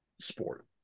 sport